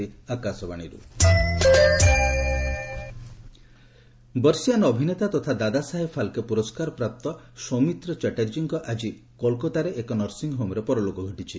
ସୌମିତ୍ର ଚାଟାର୍ଜୀ ନିଧନ ବର୍ଷୀୟାନ ଅଭିନେତା ତଥା ଦାଦାସାହେବ ଫାଲ୍କେ ପୁରସ୍କାର ପ୍ରାପ୍ତ ସୌମିତ୍ର ଚାଟାର୍ଜୀଙ୍କ ଆଜି କୋଲକାତାର ଏକ ନର୍ସିଂହୋମରେ ପରଲୋକ ଘଟିଛି